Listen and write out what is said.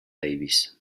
davis